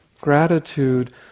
Gratitude